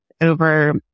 over